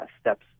steps